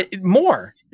More